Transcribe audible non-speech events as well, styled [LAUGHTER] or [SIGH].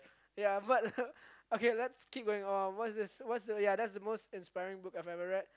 ya but [LAUGHS] okay let's keep going what's this what's the ya that's the most inspiring book I've ever read